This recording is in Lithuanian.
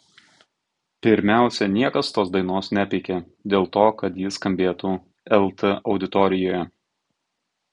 pirmiausia niekas tos dainos nepeikė dėl to kad ji skambėtų lt auditorijoje